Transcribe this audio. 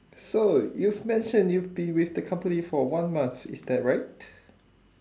so you've mentioned you've been with the company for one month is that right